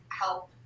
help